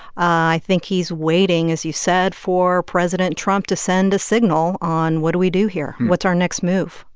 i think he's waiting, as you said, for president trump to send a signal on, what do we do here? what's our next move?